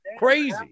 Crazy